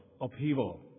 upheaval